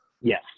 Yes